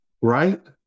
Right